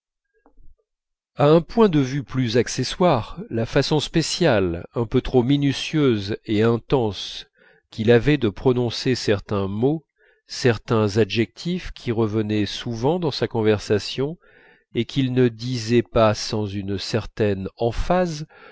un point de vue plus accessoire la façon spéciale un peu trop minutieuse et intense qu'il avait de prononcer certains mots certains adjectifs qui revenaient souvent dans sa conversation et qu'il ne disait pas sans une certaine emphase